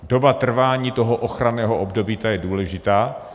Doba trvání toho ochranného období, ta je důležitá.